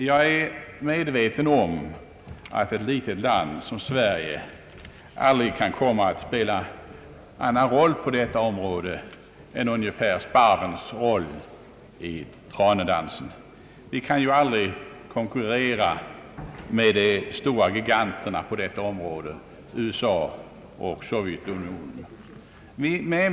Jag är medveten om att ett litet land som Sverige aldrig kan komma att spela någon annan roll på detta område än ungefär sparvens roll i tranedansen. Vi kan aldrig konkurrera med de stora giganterna USA och Sovjetunionen.